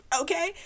okay